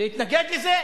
להתנגד לזה?